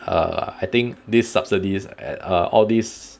err I think these subsidies at uh all these